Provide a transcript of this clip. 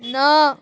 न